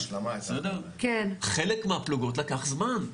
חלק מהפלוגות לקח זמן.